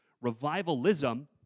revivalism